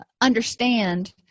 understand